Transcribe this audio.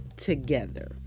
Together